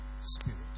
spirit